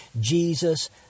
Jesus